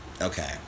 Okay